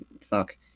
fuck